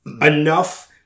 enough